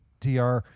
TR